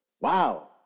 Wow